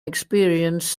experienced